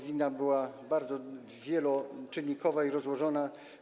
Wina była bardzo wieloczynnikowa i rozłożona.